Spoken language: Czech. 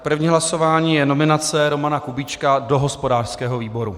První hlasování je nominace Romana Kubíčka do hospodářského výboru.